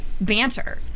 banter